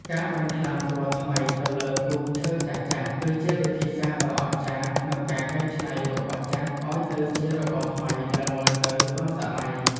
ការបាញ់ថ្នាំពណ៌ថ្មីទៅលើទូឈើចាស់ៗ គឺជាវិធីសាស្ត្រដ៏អស្ចារ្យក្នុងការកែច្នៃរបស់ចាស់ឱ្យទៅជារបស់ថ្មីដែលមើលទៅទាន់សម័យ។